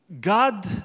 god